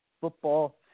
football